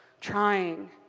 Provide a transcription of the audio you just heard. trying